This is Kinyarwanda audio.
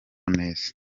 neza